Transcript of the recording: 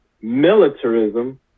militarism